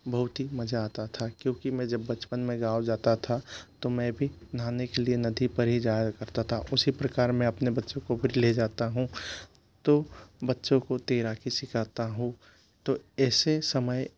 बहुत ही मज़ा आता था क्योंकि मैं जब बचपन में गाँव जाता था तो मैं भी नहाने के लिए नदी पर ही जाया करता था उसी प्रकार में अपने बच्चों को भी ले जाता हूँ तो बच्चों को तैराकी सीखाता हूँ तो ऐसे समय